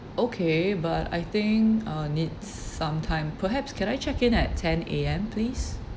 okay but I think uh needs some time perhaps can I check in at ten A_M please